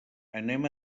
anem